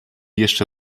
jeszcze